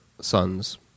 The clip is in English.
son's